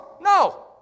No